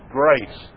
grace